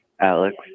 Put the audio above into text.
Alex